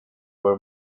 were